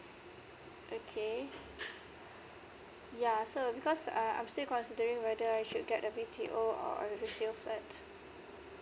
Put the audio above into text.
okay yeah so because uh I'm still considering whether I should get the B T O or resale flat